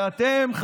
מה פשעו המצבות?